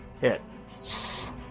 Hit